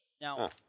Now